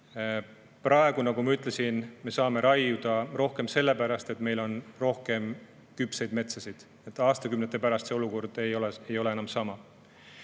Praegu, nagu ma ütlesin, me saame raiuda rohkem sellepärast, et meil on rohkem küpseid metsi. Aastakümnete pärast ei ole see olukord enam sama.